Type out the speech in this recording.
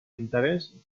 interés